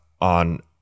on